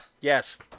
yes